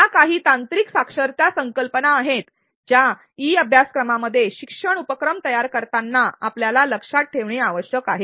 या काही तांत्रिक साक्षरता संकल्पना आहेत ज्या ई अभ्यासक्रमामध्ये शिक्षण उपक्रम तयार करताना आपल्याला लक्षात ठेवणे आवश्यक आहेत